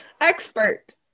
Expert